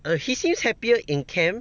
err he seems happier in camp